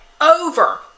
over